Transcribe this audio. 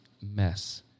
mess